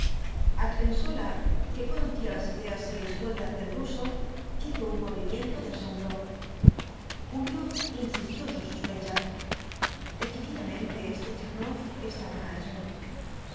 cristiano argensola que conocía las ideas y la historia del ruso hizo un movimiento de asombro julio insistió en sus sospechas decididamente este tchernoff está borracho